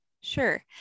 sure